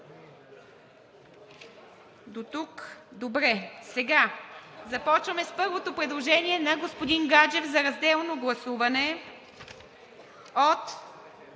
е прието. Започваме с първото предложение на господин Гаджев за разделно гласуване от т.